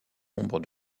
nombre